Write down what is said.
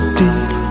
deep